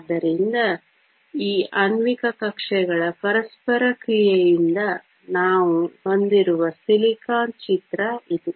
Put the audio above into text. ಆದ್ದರಿಂದ ಈ ಆಣ್ವಿಕ ಕಕ್ಷೆಗಳ ಪರಸ್ಪರ ಕ್ರಿಯೆಯಿಂದ ನಾವು ಹೊಂದಿರುವ ಸಿಲಿಕಾನ್ ಚಿತ್ರ ಇದು